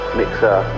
mixer